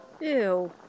Ew